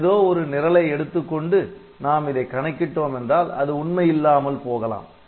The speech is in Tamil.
ஏதோ ஒரு நிரலை எடுத்துக்கொண்டு நாம் இதை கணக்கிட்டோம் என்றால் அது உண்மை இல்லாமல் போகலாம்